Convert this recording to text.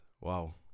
Wow